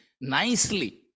nicely